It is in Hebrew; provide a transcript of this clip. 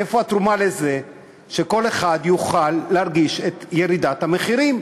איפה התרומה לזה שכל אחד יוכל להרגיש את ירידת המחירים?